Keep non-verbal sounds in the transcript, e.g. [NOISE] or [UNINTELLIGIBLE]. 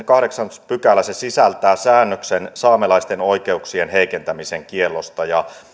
[UNINTELLIGIBLE] kahdeksas pykälä sisältää säännöksen saamelaisten oikeuksien heikentämisen kiellosta ja